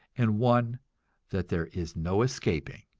and one that there is no escaping.